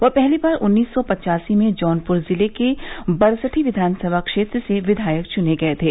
वह पहली बार उन्नीस सौ पच्चासी में जौनपुर जिले के बरसठी विधानसभा क्षेत्र से विधायक चुने गए थे